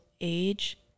age